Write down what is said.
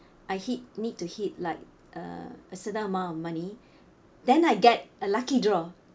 I hit need to hit like uh a certain amount of money then I get a lucky draw